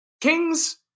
Kings